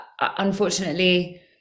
unfortunately